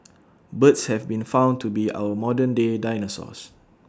birds have been found to be our modern day dinosaurs